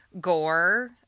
gore